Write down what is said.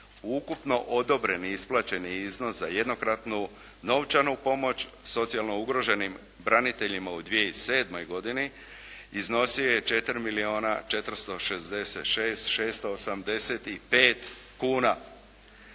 Ukupno odobreni isplaćeni iznos za jednokratnu novčanu pomoć socijalno ugroženim braniteljima u 2007. godini iznosio je 4 milijuna